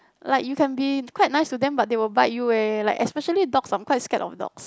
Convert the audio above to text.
like you can be quite nice to them but they will bite you eh like especially dogs I'm quite scared of dogs